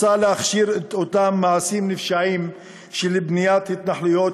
רוצה להכשיר את אותם מעשים נפשעים של בניית התנחלויות,